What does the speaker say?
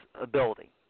ability